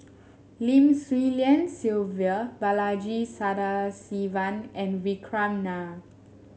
Lim Swee Lian Sylvia Balaji Sadasivan and Vikram Nair